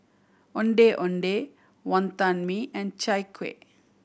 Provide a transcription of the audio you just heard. Ondeh Ondeh Wonton Mee and Chai Kuih